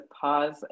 pause